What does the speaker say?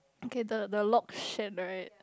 okay the the lock shattered